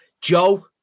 Joe